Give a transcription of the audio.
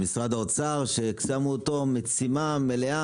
משרד האוצר ששמו אותו במשימה מלאה,